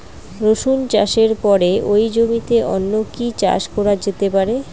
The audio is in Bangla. রসুন চাষের পরে ওই জমিতে অন্য কি চাষ করা যেতে পারে?